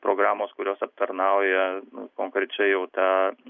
programos kurios aptarnauja konkrečiai jau tą